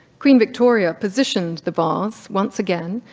queen victoria positioned the vase, once again,